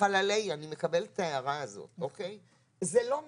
חללי, אני מקבלת את ההערה הזאת, זה לא מגיע,